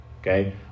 Okay